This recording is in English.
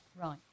Right